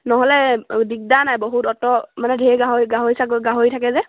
নহ'লে দিগদাৰ নাই বহুত অট' মানে ঢেৰ গাহৰি গাহৰি চাগ গাহৰি থাকে যে